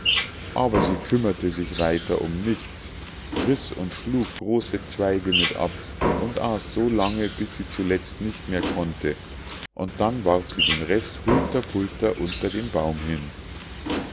aber sie kümmerte sich weiter um nichts riß und schlug große zweige mit ab und aß so lange bis sie zuletzt nicht mehr konnte und dann warf sie den rest hulterpulter unter den baum hin